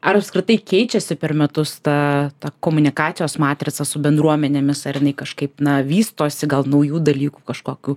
apskritai keičiasi per metus ta ta komunikacijos matrica su bendruomenėmis ar jinai kažkaip na vystosi gal naujų dalykų kažkokių